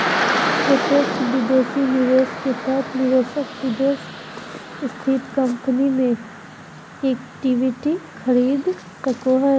प्रत्यक्ष विदेशी निवेश के तहत निवेशक विदेश स्थित कम्पनी मे इक्विटी खरीद सको हय